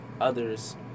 others